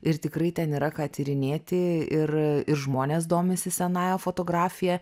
ir tikrai ten yra ką tyrinėti ir ir žmonės domisi senąja fotografija